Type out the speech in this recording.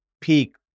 peak